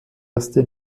erste